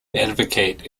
advocate